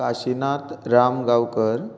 Kashinath Ram Gaonkar